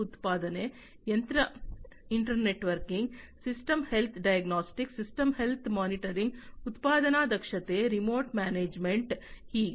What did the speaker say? ಉತ್ಪಾದನೆ ಯಂತ್ರ internet working system health diagnostics system health monitoring ಉತ್ಪಾದನಾ ದಕ್ಷತೆ ರಿಮೋಟ್ ಮ್ಯಾನೇಜ್ಮೆಂಟ್ ಹೀಗೆ